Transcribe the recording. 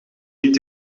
niet